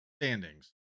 standings